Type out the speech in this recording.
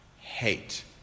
hate